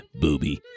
booby